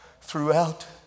throughout